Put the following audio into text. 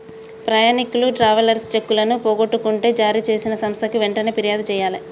ప్రయాణీకులు ట్రావెలర్స్ చెక్కులను పోగొట్టుకుంటే జారీచేసిన సంస్థకి వెంటనే పిర్యాదు జెయ్యాలే